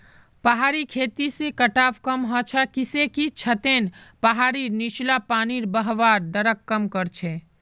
पहाड़ी खेती से कटाव कम ह छ किसेकी छतें पहाड़ीर नीचला पानीर बहवार दरक कम कर छे